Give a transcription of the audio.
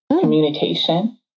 Communication